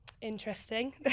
interesting